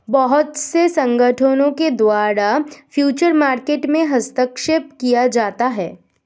बहुत से संगठनों के द्वारा फ्यूचर मार्केट में हस्तक्षेप किया जाता है